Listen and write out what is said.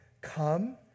come